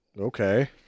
Okay